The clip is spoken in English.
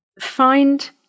find